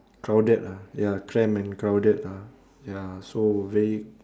crowded ah ya cramped and crowded ah ya so very